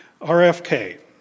RFK